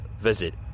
visit